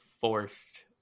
forced